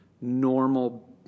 normal